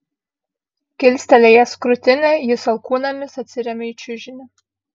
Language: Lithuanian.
kilstelėjęs krūtinę jis alkūnėmis atsiremia į čiužinį